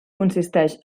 consisteix